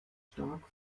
stark